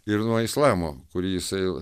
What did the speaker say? ir nuo islamo kurį jisai